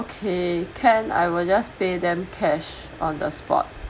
okay can I will just pay them cash on the spot